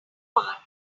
part